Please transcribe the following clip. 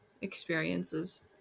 experiences